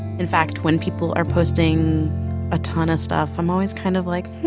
in fact, when people are posting a ton of stuff, i'm always kind of like